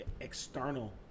external